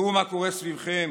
ראו מה קורה סביבכם,